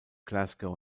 glasgow